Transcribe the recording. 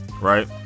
right